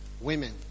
women